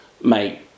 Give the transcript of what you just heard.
mate